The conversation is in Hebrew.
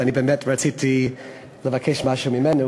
ואני באמת רציתי לבקש משהו ממנו,